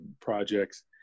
projects